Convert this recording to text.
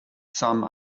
some